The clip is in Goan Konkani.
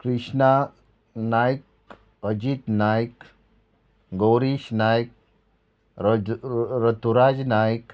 कृष्णा नायक अजीत नायक गौरीश नायक रज रतुराज नायक